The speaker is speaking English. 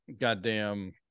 goddamn